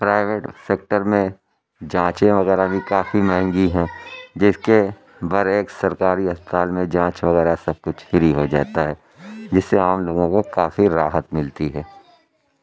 private sector میں جانچیں وغیرہ بھی کافی مہنگی ہیں جس کے برعکس سرکاری اسپتال میں جانچ وغیرہ سب کچھ فری ہو جاتا ہے جس سے عام لوگوں کو کافی راحت ملتی ہے